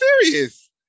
serious